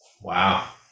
Wow